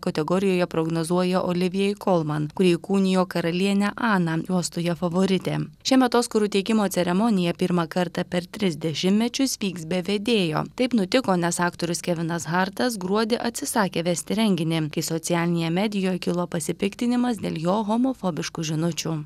kategorijoje prognozuoja olivijai kolman kuri įkūnijo karalienę aną juostoje favoritė šiemet oskarų įteikimo ceremonija pirmą kartą per tris dešimtmečius vyks be vedėjo taip nutiko nes aktorius kevinas hartas gruodį atsisakė vesti renginį kai socialinėje medijoje kilo pasipiktinimas dėl jo homofobiškų žinučių